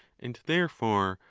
and, therefore,